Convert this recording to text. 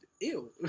Ew